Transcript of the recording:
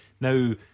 Now